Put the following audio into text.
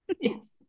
Yes